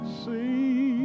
see